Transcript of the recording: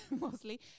mostly